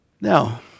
Now